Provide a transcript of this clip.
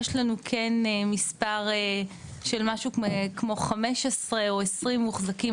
יש לנו כן מספר של משהו כמו 15-20 מוחזקים